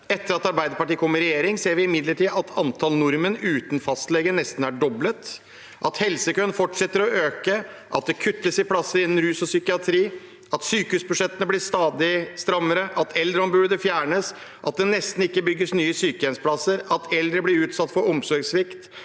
Etter at Arbeiderpartiet kom i regjering, ser vi imidlertid at antallet nordmenn uten fastlege nesten er doblet, at helsekøene fortsetter å øke, at det kuttes i plasser innen rus og psykiatri, at sykehusbudsjettene blir stadig strammere, at Eldreombudet fjernes, at det nesten ikke bygges nye sykehjemsplasser, at eldre blir utsatt for omsorgssvikt,